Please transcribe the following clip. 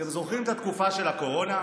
אתם זוכרים את התקופה של הקורונה?